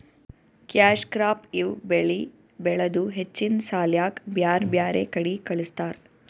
cash crop ಇವ್ ಬೆಳಿ ಬೆಳದು ಹೆಚ್ಚಿನ್ ಸಾಲ್ಯಾಕ್ ಬ್ಯಾರ್ ಬ್ಯಾರೆ ಕಡಿ ಕಳಸ್ತಾರ್